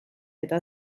eta